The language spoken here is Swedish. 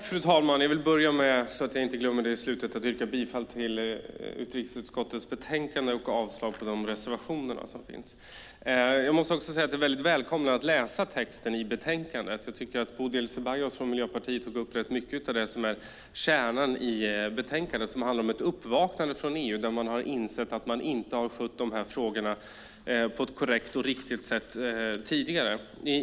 Fru talman! Jag vill börja med att yrka bifall till utskottets förslag i utlåtandet och avslag på de reservationer som finns. Jag måste också säga att det är väldigt välkommet att läsa texten i utlåtandet. Bodil Ceballos från Miljöpartiet tog upp mycket av det som är kärnan i utlåtandet. Det handlar om ett uppvaknande i EU där man inser att man inte har skött de här frågorna på ett korrekt och riktigt sätt tidigare.